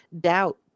doubt